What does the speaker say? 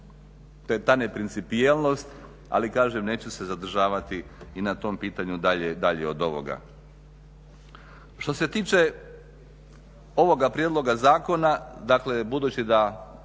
to je ta neprincipijelnost, ali kažem neću se zadržavati i na tom pitanju dalje od ovoga. Što se tiče ovoga prijedloga zakona budući da